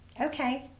okay